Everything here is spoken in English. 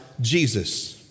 Jesus